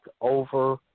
over